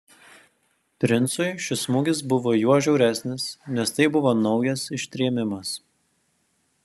princui šis smūgis buvo juo žiauresnis nes tai buvo naujas ištrėmimas